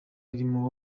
irimo